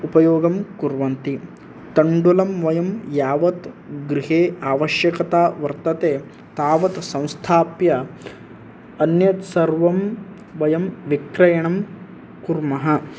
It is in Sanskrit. उपयोगं कुर्वन्ति तण्डुलं वयं यावत् गृहे आवश्यकता वर्तते तावत् संस्थाप्य अन्यत् सर्वं वयं विक्रयणं कुर्मः